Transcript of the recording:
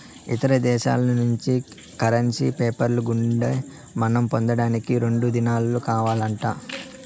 ఇతర దేశాల్నుంచి currency PayPal గుండా మనం పొందేదానికి రెండు దినాలు కావాలంట